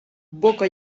boca